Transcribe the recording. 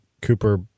Cooper